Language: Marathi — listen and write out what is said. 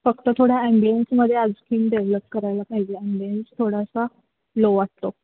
फक्त थोड्या ॲम्बियन्समध्ये आणखी डेव्हलप करायला पाहिजे ॲम्बियन्स थोडासा लो वाटतो